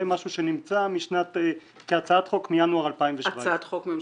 זה משהו שנמצא כהצעת חוק מינואר 2017. הצעת חוק ממשלתית?